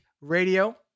Radio